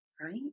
right